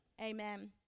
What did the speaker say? Amen